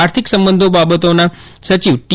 આર્થિક સંબંધો બાબતોના સચિવ ટી